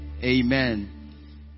Amen